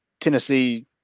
Tennessee